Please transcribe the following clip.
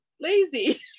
lazy